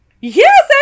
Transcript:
Yes